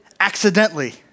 accidentally